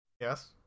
Yes